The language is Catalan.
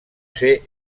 ser